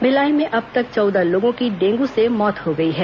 भिलाई में अब तक चौदह लोगों की डेंगू से मौत हो गई है